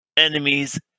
Enemies